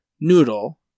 Noodle